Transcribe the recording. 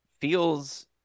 feels